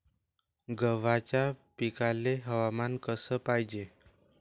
गव्हाच्या पिकाले हवामान कस पायजे?